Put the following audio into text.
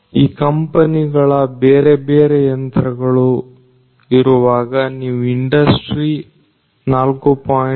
ಈ ಕಂಪನಿಗಳ ಬೇರೆಬೇರೆ ಯಂತ್ರಗಳು ಇರುವಾಗ ನೀವು ಇಂಡಸ್ಟ್ರಿ4